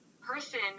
person